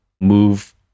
move